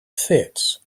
fits